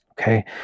Okay